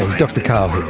dr karl here.